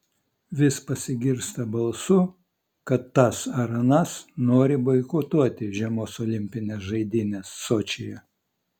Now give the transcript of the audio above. vis pasigirsta balsų kad tas ar anas nori boikotuoti žiemos olimpines žaidynes sočyje